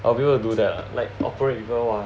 I will be able to do that like operate people !wah!